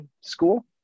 school